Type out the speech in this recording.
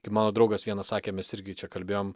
kaip mano draugas vienas sakė mes irgi čia kalbėjom